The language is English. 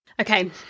Okay